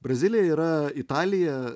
brazilija yra italija